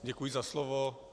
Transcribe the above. Děkuji na slovo.